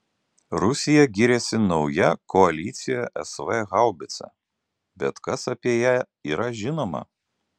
rusija giriasi nauja koalicija sv haubica bet kas apie ją yra žinoma